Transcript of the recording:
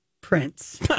prince